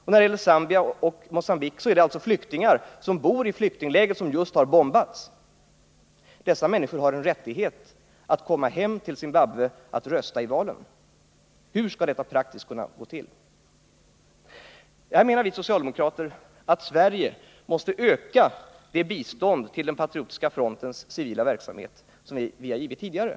När det gäller Zambia och Mogambique är det alltså fråga om flyktingar som bor i flyktingläger som just har bombats. Dessa människor har en rättighet att komma hem till Zimbabwe och rösta i valen. Hur skall nu detta praktiskt kunna gå till? Vi socialdemokrater menar att Sverige måste öka det bistånd till Patriotiska frontens civila verksamhet som vi har givit tidigare.